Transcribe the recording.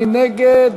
מי נגד?